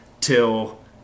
till